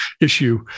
issue